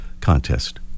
contest